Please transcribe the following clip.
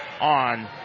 on